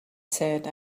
said